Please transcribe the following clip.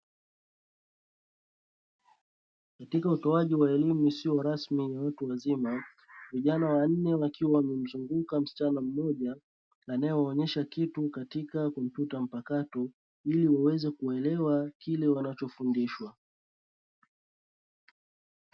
Katika utoaji wa elimu isiyo rasmi ya watu wazima vijana wanne, wakiwa wamemzunguka msichana mmoja na anayewaonyesha kitu katika kompyuta mpakato, ili waweze kuwafundisha.